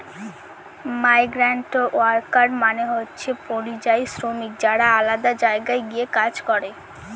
migrant worker মানে হচ্ছে পরিযায়ী শ্রমিক যারা আলাদা জায়গায় গিয়ে কাজ করে